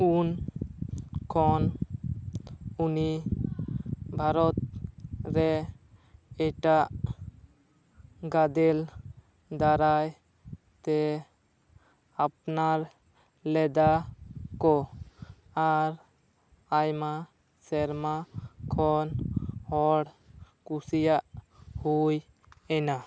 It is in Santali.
ᱩᱱ ᱠᱷᱚᱱ ᱩᱱᱤ ᱵᱷᱟᱨᱚᱛ ᱨᱮ ᱮᱴᱟᱜ ᱜᱟᱫᱮᱞ ᱫᱟᱨᱟᱭ ᱛᱮ ᱟᱯᱱᱟᱨ ᱞᱮᱫᱟ ᱠᱚ ᱟᱨ ᱟᱭᱢᱟ ᱥᱮᱨᱢᱟ ᱠᱷᱚᱱ ᱦᱚᱲ ᱠᱩᱥᱤᱭᱟᱜ ᱦᱩᱭ ᱮᱱᱟ